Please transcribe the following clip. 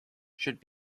should